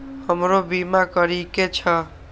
हमरो बीमा करीके छः?